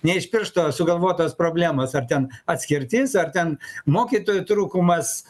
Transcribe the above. ne iš piršto sugalvotos problemos ar ten atskirtis ar ten mokytojų trūkumas